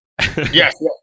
yes